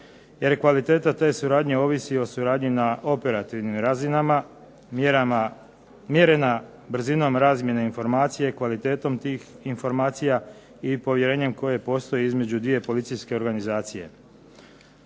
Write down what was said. jer kvaliteta te suradnje ovisi o suradnji na operativnim razinama, mjerena brzinom razmjene informacije, kvalitetom tih informacija i povjerenjem koje postoji između dvije policijske organizacije.